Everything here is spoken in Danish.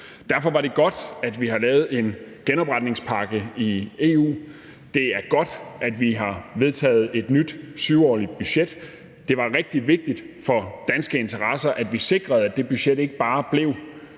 Derfor er det godt, at vi har lavet en genopretningspakke i EU. Det er godt, at vi har vedtaget et nyt 7-årigt budget. Det var rigtig vigtigt for danske interesser, at vi sikrede, at det budget ikke bare blev